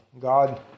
God